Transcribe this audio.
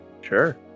Sure